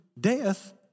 death